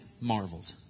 marveled